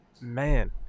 Man